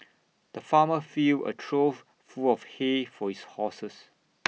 the farmer filled A trough full of hay for his horses